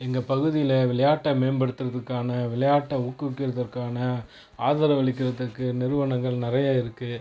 எங்கள் பகுதியில் விளையாட்டை மேம்படுத்துறத்துக்கான விளையாட்டை ஊக்குவிக்கிறதுக்கான ஆதரவளிக்கிறத்துக்கு நிறுவனங்கள் நிறைய இருக்குது